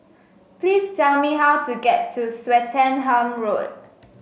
please tell me how to get to Swettenham Road